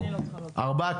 ארבע,